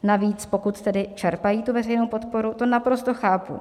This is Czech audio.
Navíc pokud tedy čerpají tu veřejnou podporu, to naprosto chápu.